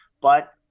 but-